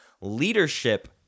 leadership